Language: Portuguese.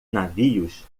navios